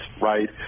right